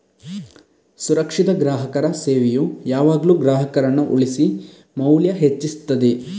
ಸುರಕ್ಷಿತ ಗ್ರಾಹಕರ ಸೇವೆಯು ಯಾವಾಗ್ಲೂ ಗ್ರಾಹಕರನ್ನ ಉಳಿಸಿ ಮೌಲ್ಯ ಹೆಚ್ಚಿಸ್ತದೆ